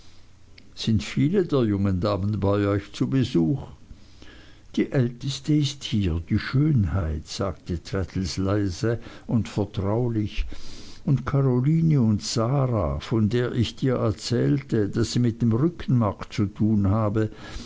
sind viele der jungen damen bei euch zu besuch die älteste ist hier die schönheit sagte traddles leise und vertraulich und karoline und sarah von der ich dir erzählte daß sie mit dem rückenmark zu tun habe